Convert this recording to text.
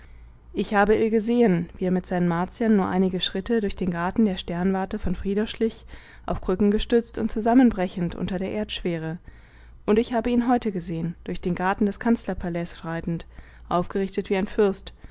ich habe ill gesehen wie er mit seinen martiern nur einige schritte durch den garten der sternwarte von friedau schlich auf krücken gestützt und zusammenbrechend unter der erdschwere und ich habe ihn heute gesehen durch den garten des kanzlerpalais schreitend aufgerichtet wie ein fürst